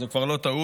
זו כבר לא טעות.